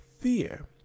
fear